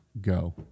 go